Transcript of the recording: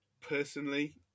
personally